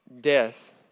death